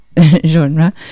genre